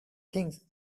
things